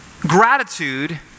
gratitude